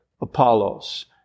Apollos